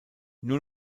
nur